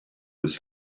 his